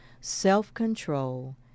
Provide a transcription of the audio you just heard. self-control